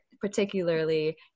particularly